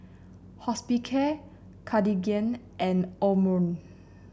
Hospicare Cartigain and Omron